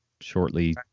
shortly